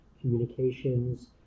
communications